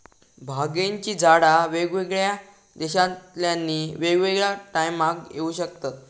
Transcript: भांगेची झाडा वेगवेगळ्या देशांतल्यानी वेगवेगळ्या टायमाक येऊ शकतत